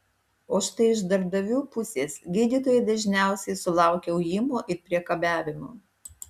o štai iš darbdavių pusės gydytojai dažniausiai sulaukia ujimo ir priekabiavimo